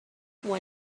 one